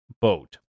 boat